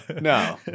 no